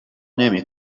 نمی